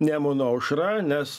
nemuno aušra nes